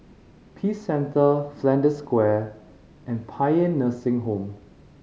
Peace Centre Flanders Square and Paean Nursing Home